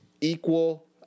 equal